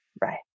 right